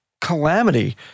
calamity